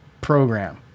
program